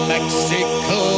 Mexico